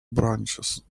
branches